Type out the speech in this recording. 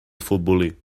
futbolí